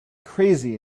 crazy